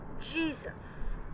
Jesus